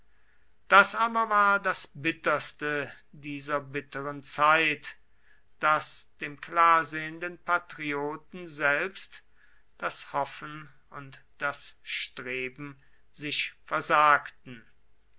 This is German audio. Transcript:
das aber war das bitterste dieser bitteren zeit daß dem klarsehenden patrioten selbst das hoffen und das streben sich versagten